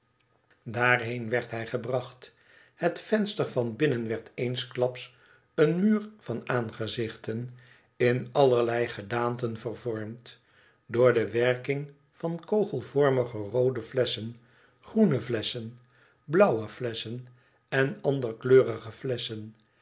daarheen werd hij gebracht het venster van binnen werd eensklaps een muur van aangezichten in allerlei gedaanten vervormd door de werking van kogel vormige roode flesschen groene flesschen blauwe fiesschen en ander kleurige flesschen